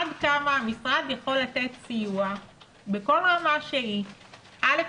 עד כמה המשרד יכול לתת סיוע בכל רמה שהיא א.